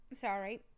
Sorry